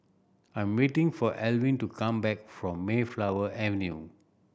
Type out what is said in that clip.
I am waiting for Elvin to come back from Mayflower Avenue